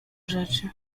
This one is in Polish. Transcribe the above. rzeczy